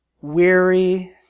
weary